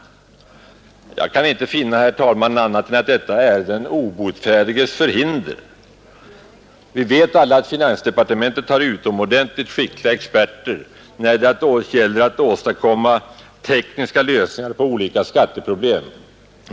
Jag kan inte finna, herr talman, annat än att detta är den obotfärdiges förhinder. Vi vet alla att finansdepartementet har utomordentligt skickliga experter när det gäller att åstadkomma tekniska lösningar på olika skatteproblem.